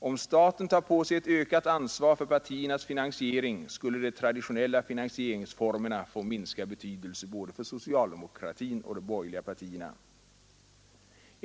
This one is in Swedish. Om staten tar på sig ett ökat ansvar för partiernas finansiering skulle de traditionella finansieringsformerna få minskad betydelse, både för socialdemokratin och de borgerliga partierna.